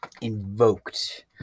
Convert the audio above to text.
Invoked